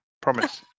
Promise